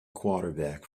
quarterback